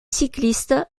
cyclistes